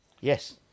Yes